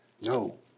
No